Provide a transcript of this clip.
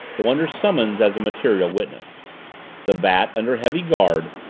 though under summons as a material witness the bat, under heavy guard,